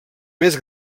més